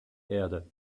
erde